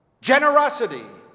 generosity,